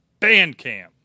bandcamp